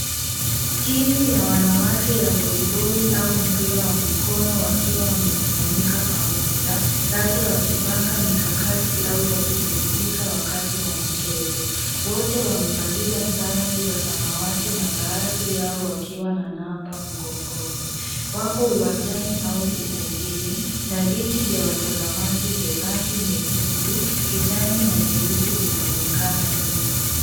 Timu ya wanawake ya voliboli au mpira wa mikono wakiwa wamekusanyika pamoja labda wakipanga mikakati au wakipumzika wakati wa mchezo. Wote wamevalia sare za samawati na baadhi yao wakiwa na namba mgongoni. Wako uwanjani au ukumbini na viti vya watazamaji vya rangi nyekundu, kijani na nyeusi vinaonekana nyuma.